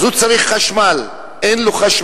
אז הוא צריך חשמל, ואין לו חשמל.